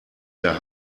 der